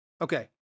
Okay